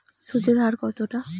সুদের হার কতটা?